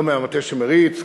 לא מהמטה שמריץ,